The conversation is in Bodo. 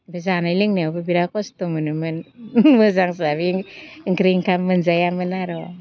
ओमफ्राय जानाय लोंनायावबो बिराद खस्थ' मोनोमोन मोजां हिसाबै ओंखाम ओंख्रि मोनजायामोन आर'